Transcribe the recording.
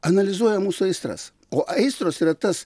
analizuoja mūsų aistras o aistros yra tas